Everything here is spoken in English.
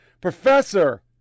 Professor